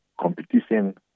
competition